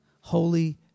holy